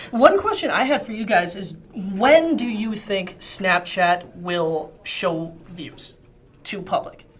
one question i have for you guys is when do you think snapchat will show views to public?